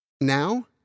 Now